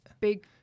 big